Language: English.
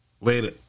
Later